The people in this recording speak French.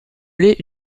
appelé